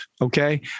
okay